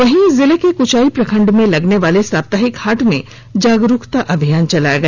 वहीं जिले के कुचाई प्रखंड में लगने वाले सप्ताहिक हाट में जागरूकता अभियान चलाया गया